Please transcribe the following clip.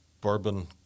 bourbon